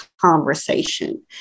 conversation